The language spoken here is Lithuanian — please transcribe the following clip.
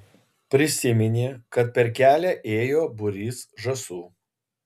prisiminė kad per kelią ėjo būrys žąsų